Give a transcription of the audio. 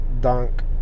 dunk